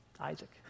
Isaac